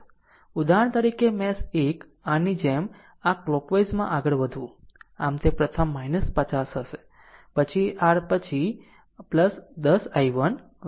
ઉદાહરણ તરીકે મેશ 1 આની જેમ આ કલોકવાઈઝમાં આગળ વધવું આમ તે પ્રથમ 50 હશે પછી r પછી 10 i1 20 i1